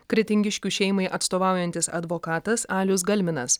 kretingiškių šeimai atstovaujantis advokatas alius galminas